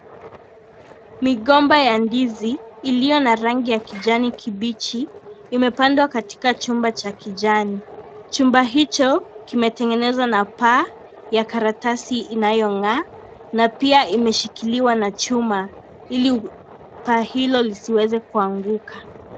Migomba ya ndizi, iliyo na rangi ya kijani kibichi imepandwa katika chumba cha kijani. Chumba hicho, kimetengenezewa na paa ya karatasi inayong'aa na pia imeshikiliwa na chuma ili paa hilo lisiweze kuanguka.